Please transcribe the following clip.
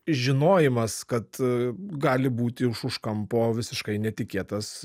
žinojimas kad gali būti už kampo visiškai netikėtas